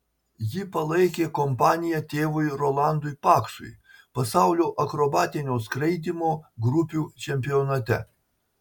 ji palaikė kompaniją tėvui rolandui paksui pasaulio akrobatinio skraidymo grupių čempionate